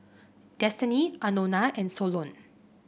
Destiny Anona and Solon